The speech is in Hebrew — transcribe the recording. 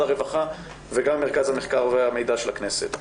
הרווחה וגם ממרכז המחקר והמידע של הכנסת.